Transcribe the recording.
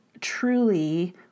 truly